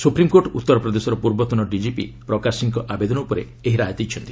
supreme court ଉତ୍ତର ପ୍ରଦେଶର ପୂର୍ବତନ ଡିକିପି ପ୍ରକାଶ ସିଂଙ୍କ ଆବେଦନ ଉପରେ ଏହି ରାୟ ଦେଇଛନ୍ତି